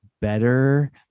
better